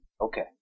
Okay